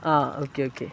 ആ okay okay